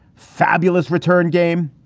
fabulous return game.